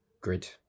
grid